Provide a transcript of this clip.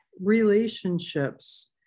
Relationships